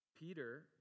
Peter